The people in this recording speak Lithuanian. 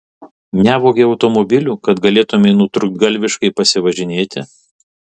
nevogei automobilių kad galėtumei nutrūktgalviškai pasivažinėti